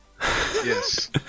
Yes